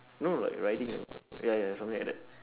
no like riding uh ya ya something like that